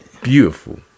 beautiful